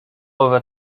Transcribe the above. over